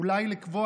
אולי לקבוע